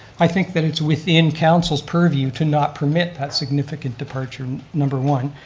i think that it's within council's purview to not permit that significant departure, number one.